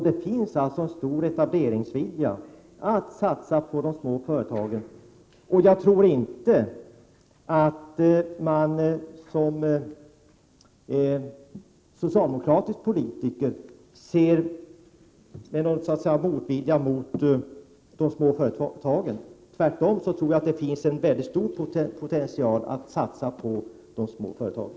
Det finns alltså en stor etableringsvilja och en vilja att satsa på de små företagen. Jag tror inte att man som socialdemokratisk politiker ser med motvilja på de små företagen. Tvärtom tror jag att det finns en stor potential när det gäller att satsa på de små företagen.